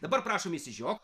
dabar prašom išsižiok